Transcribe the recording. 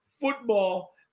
football